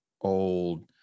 old